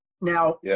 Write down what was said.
Now